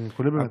כולי מתוח.